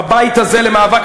בבית הזה למאבק,